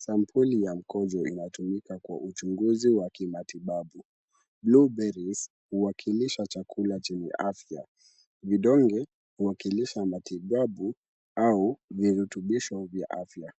Sampuli ya mkojo inatumika kwa uchunguzi wa kimatibabu. Blue berries huwakilisha chakula chenye afya. Vidonge huwakilisha matibabu au virutubisho vya afya.